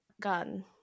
gun